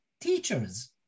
teachers